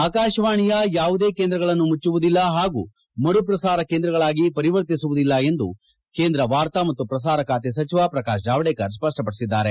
ಆಕಾಶವಾಣಿಯ ಯಾವುದೇ ಕೇಂದ್ರಗಳನ್ನು ಮುಚ್ಚುವುದಿಲ್ಲ ಹಾಗೂ ಮರು ಪ್ರಸಾರ ಕೇಂದ್ರಗಳಾಗಿ ಪರಿವರ್ತಿಸುವುದಿಲ್ಲ ಎಂದು ಕೇಂದ್ರ ವಾರ್ತಾ ಮತ್ತು ಪ್ರಸಾರ ಖಾತೆ ಸಚಿವ ಪ್ರಕಾಶ್ ಜಾವೇಕರ್ ಸ್ಪಷ್ಟಪಡಿಸಿದ್ದಾರೆ